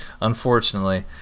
Unfortunately